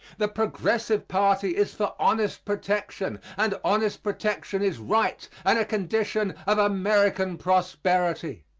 the progressive party is for honest protection and honest protection is right and a condition of american prosperity.